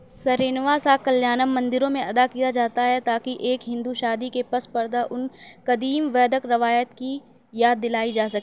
سرینواسا کلیانم مندروں میں ادا کیا جاتا ہے تاکہ ایک ہندو شادی کے پس پردہ ان قدیم ویدک روایات کی یاد دلائی جا سکے